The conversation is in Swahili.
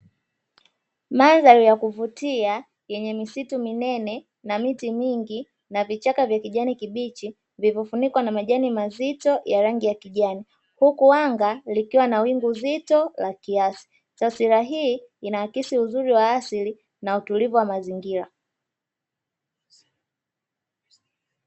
Mandhari ya kuvutia yenye misitu minene na miti mingi na vichaka vya kijani kibichi, vilivyo funikwa na majani mazito ya rangi ya kijani; huku anga likiwa na wingu zito la kiasi, taswira hii inaakisi uzuri wa asili na utulivu wa mazingira.